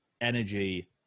energy